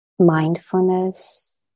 Mindfulness